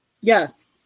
Yes